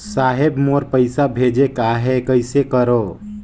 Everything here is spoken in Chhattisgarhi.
साहेब मोर पइसा भेजेक आहे, कइसे करो?